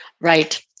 Right